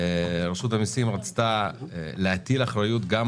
רשות המסים רצתה להטיל אחריות גם